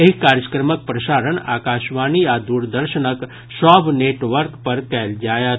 एहि कार्यक्रमक प्रसारण आकाशवाणी आ द्रदर्शनक सभ नेटवर्क पर कयल जायत